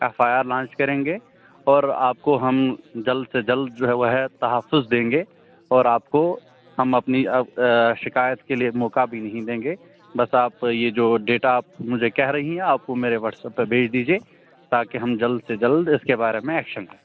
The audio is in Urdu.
ایف آئی آر لانچ کریں گے اور آپ کو ہم جلد سے جلد جو ہے وہ ہے تحفظ دیں گے اور آپ کو ہم اپنی شکایت کے لیے موقع بھی نہیں دیں گے بس آپ یہ جو ڈیٹا آپ مجھے کہہ رہی ہیں آپ کو میرے واٹسپ پہ بھیج دیجیے تاکہ ہم جلد سے جلد اس کے بارے میں ایکشن لوں